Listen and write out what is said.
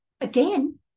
again